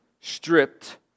stripped